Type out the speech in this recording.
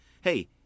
Hey